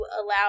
allow